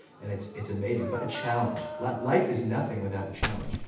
and it's it's amazing, but a challenge. like life is nothing without a challenge.